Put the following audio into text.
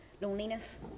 loneliness